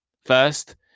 First